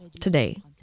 today